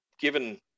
given